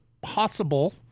possible